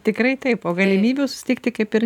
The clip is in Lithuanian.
tikrai taip o galimybių susitikti kaip ir